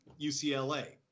UCLA